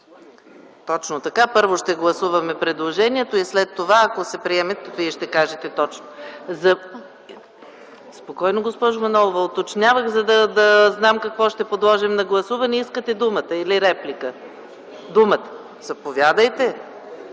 Точно така, първо ще гласуваме предложението, а след това, ако се приеме Вие ще кажете точно. Спокойно, госпожо Манолова, уточнявах, за да знам какво ще подложим на гласуваме. Искате думата или реплика? Думата. Заповядайте.